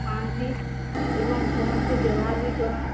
ପାଆନ୍ତି ଏବଂ ସମସ୍ତେ ବ୍ୟବହାର ବି କର